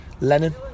Lennon